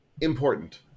Important